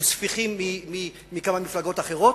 עם ספיחים מכמה מפלגות אחרות,